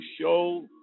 show